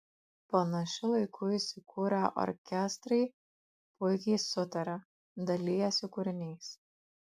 panašiu laiku įsikūrę orkestrai puikiai sutaria dalijasi kūriniais